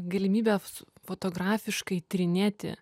galimybės fotografiškai tyrinėti